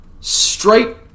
Straight